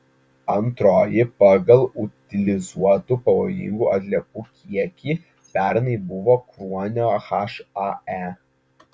antroji pagal utilizuotų pavojingų atliekų kiekį pernai buvo kruonio hae